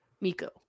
Miko